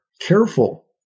careful